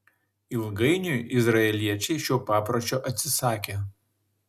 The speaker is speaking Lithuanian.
ilgainiui izraeliečiai šio papročio atsisakė